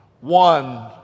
One